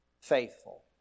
faithful